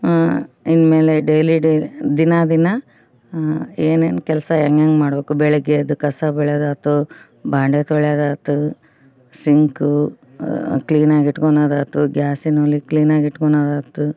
ಇನ್ಮೇಲೆ daily daily ದಿನಾ ದಿನಾ ಏನೇನು ಕೆಲಸ ಹೆಂಗೆಂಗೆ ಮಾಡಬೇಕು ಬೆಳಗ್ಗೆ ಎದ್ದು ಕಸ ಬಳಿಯೋದಾಯ್ತು ಬಾಂಡೆ ತೊಳೆಯೋದಾಯ್ತು ಸಿಂಕು ಕ್ಲೀನಾಗಿ ಇಟ್ಕೊಳ್ಳೋದಾಯ್ತು ಗ್ಯಾಸಿನ ಒಲೆ ಕ್ಲೀನಾಗಿ ಇಟ್ಕೊಳ್ಳೋದಾಯ್ತು